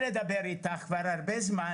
שתי דקות דיברנו על נושא מסוים.